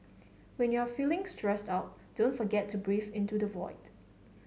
when you are feeling stressed out don't forget to breathe into the void